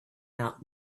out